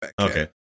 okay